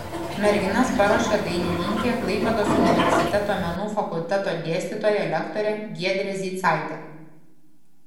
merginas paruošė dainininkė klaipėdos universiteto menų fakulteto dėstytoja lektorė giedrė zeicaitė